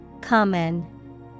Common